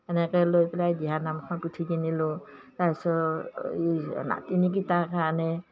এনেকৈ লৈ পেলায় দিহনামখন পুঠি কিনিলোঁ তাৰ পিছত এই নাতিনীকেইটাৰ কাৰণে